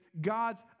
God's